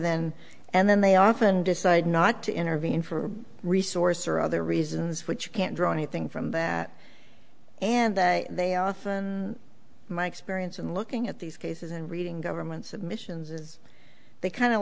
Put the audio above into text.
then and then they often decide not to intervene for resource or other reasons which can draw anything from that and they often my experience in looking at these cases and reading government submissions is they kind of